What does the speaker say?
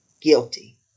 guilty